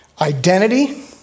Identity